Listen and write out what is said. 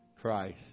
Christ